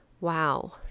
wow